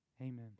amen